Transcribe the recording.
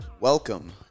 Welcome